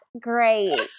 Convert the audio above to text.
great